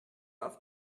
auf